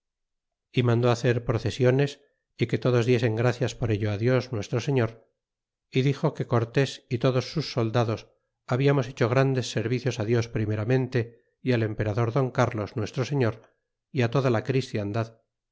y mandó hacer procesiones y que todos diesen gracias por ello dios nuestro señor y dixo que cortés y todos sus soldados hablamos hecho grandes servicios dios primeramente y al emperador don crlos nuestro señor y toda la christiandad